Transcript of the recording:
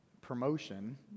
promotion